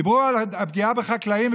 דיברו על הפגיעה בחקלאים,